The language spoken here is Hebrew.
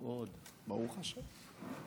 ברוך השם.